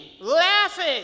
laughing